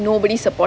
nobody supported her